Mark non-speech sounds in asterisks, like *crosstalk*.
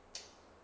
*noise*